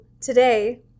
today